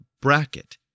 bracket